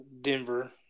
Denver